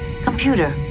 computer